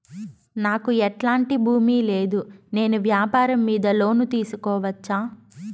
నాకు ఎట్లాంటి భూమి లేదు నేను వ్యాపారం మీద లోను తీసుకోవచ్చా?